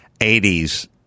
80s